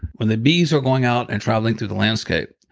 when the bees are going out and traveling through the landscape,